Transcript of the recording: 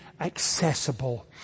accessible